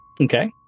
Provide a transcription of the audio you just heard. Okay